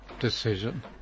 decision